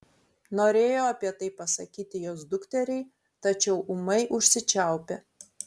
norėjo apie tai pasakyti jos dukteriai tačiau ūmai užsičiaupė